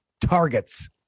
targets